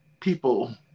people